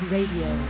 Radio